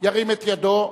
ירים את ידו.